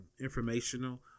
informational